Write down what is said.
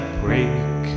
break